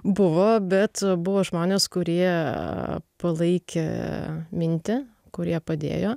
buvo bet buvo žmonės kurie palaikė mintį kurie padėjo